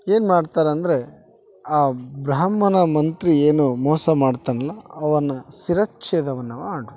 ಏನ್ಮಾಡ್ತರಂದರೆ ಆ ಬ್ರಾಹ್ಮಣ ಮಂತ್ರಿ ಏನು ಮೋಸ ಮಾಡ್ತಾನಲ್ಲ ಅವನ ಶಿರಚ್ಛೇದವನ್ನ ಮಾಡಿರ್ತಾರ